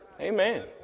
Amen